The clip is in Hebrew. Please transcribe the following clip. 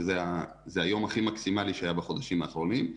שזה היום הכי מקסימלי שהיה בחודשים האחרונים,